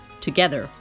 Together